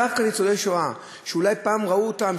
דווקא ניצולי שואה שאולי פעם ראו טעם,